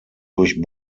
durch